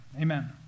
amen